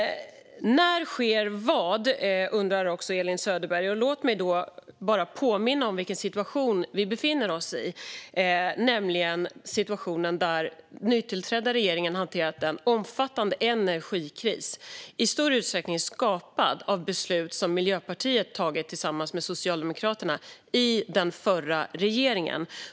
Elin Söderberg undrade: När sker vad? Låt mig då bara påminna om vilken situation vi befinner oss i, nämligen en situation där den nytillträdda regeringen har hanterat en omfattande energikris, i större utsträckning skapad av beslut som Miljöpartiet har tagit tillsammans med Socialdemokraterna i den förra regeringen.